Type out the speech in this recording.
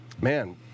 man